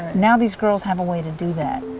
now these girls have a way to do that.